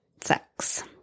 sex